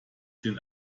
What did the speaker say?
den